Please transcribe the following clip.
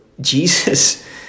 Jesus